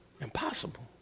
Impossible